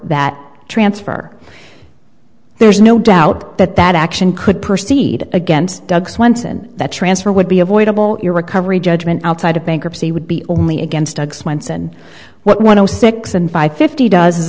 that transfer there's no doubt that that action could proceed against doug swenson that transfer would be avoidable your recovery judgment outside of bankruptcy would be only against drugs once and what one o six and five fifty does